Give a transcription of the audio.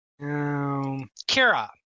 Kira